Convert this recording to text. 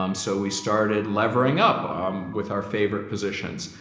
um so we started levering up with our favorite positions.